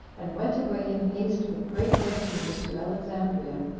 and went away in haste with great retinues to alexandria,